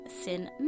Sin